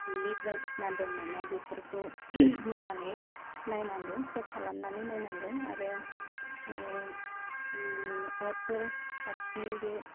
league बायदिसिना दं नामा बेफोरखौ मोजाङै नायनांगौ चेक खालामनानै नायनांगौ आरो ओह ओम अरफोर खाथिथिं बे